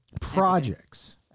Projects